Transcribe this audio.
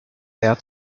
air